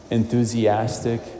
enthusiastic